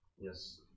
Yes